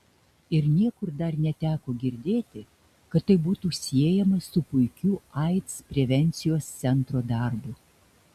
ir niekur dar neteko girdėti kad tai būtų siejama su puikiu aids prevencijos centro darbu